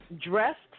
Dressed